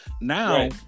Now